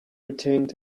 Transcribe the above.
retained